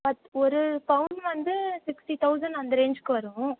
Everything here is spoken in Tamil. பத் ஒரு பவுன் வந்து சிக்ட்டி தௌசண்ட் அந்த ரேஞ்சுக்கு வரும்